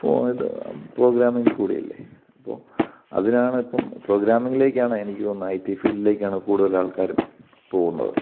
ഫോണിൽത്തെ പ്രോഗ്രാമ്മിൽകൂടെ അല്ലേ അപ്പോൾ അതിനാണ് ഇപ്പം പ്രോഗ്രാമ്മിങ്ങിലേക്കാണ് എനിക്ക് തോന്നുന്നത് ഐ ടി ഫീൽഡിലേക്കാണ് കൂടുതൽ ആൾക്കാരും പോവുന്നത്